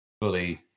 fully